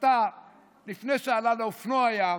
שתה לפני שעלה על אופנוע ים,